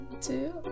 Two